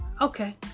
Okay